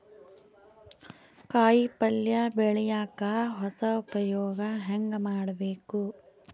ಕಾಯಿ ಪಲ್ಯ ಬೆಳಿಯಕ ಹೊಸ ಉಪಯೊಗ ಹೆಂಗ ಮಾಡಬೇಕು?